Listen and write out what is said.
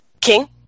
King